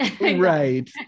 Right